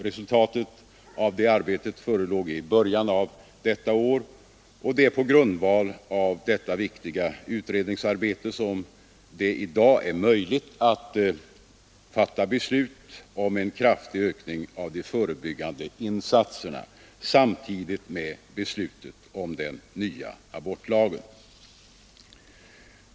Resultatet av arbetet förelåg i början av innevarande år, och det är på grundval av detta viktiga utredningsarbete som det i dag är möjligt att fatta beslut om en kraftig ökning av de förebyggande insatserna samtidigt med att beslutet om den nya abortlagen fattas.